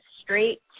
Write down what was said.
straight